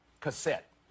Cassette